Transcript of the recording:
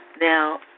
Now